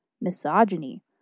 misogyny